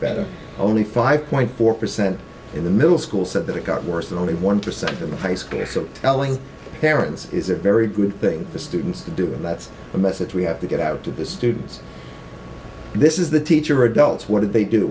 better only five point four percent in the middle school said that it got worse and only one percent in the high school so telling parents is a very good thing for students to do and that's the message we have to get out to the students this is the teacher adults what did they d